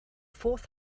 fourth